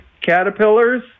caterpillars